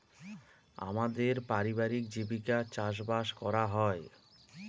আমাদের পারিবারিক জীবিকা চাষবাস করা হয়